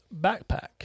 backpack